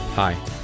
Hi